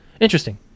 interesting